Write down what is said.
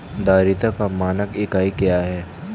धारिता का मानक इकाई क्या है?